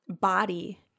body